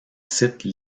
site